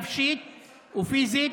נפשית ופיזית,